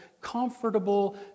comfortable